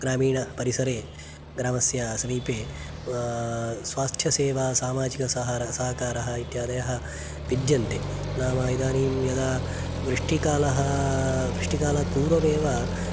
ग्रामीणपरिसरे ग्रामस्य समीपे स्वास्थ्यसेवा सामजिकसाहा सहकारः इत्यादयः विद्यन्ते नाम इदानीं यदा वृष्टिकालः वृष्टिकालात्पूर्वमेव